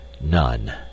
None